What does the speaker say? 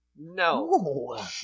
no